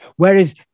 Whereas